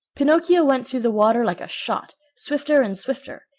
pinocchio went through the water like a shot swifter and swifter.